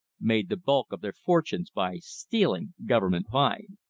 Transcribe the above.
made the bulk of their fortunes by stealing government pine.